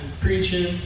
preaching